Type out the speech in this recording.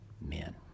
men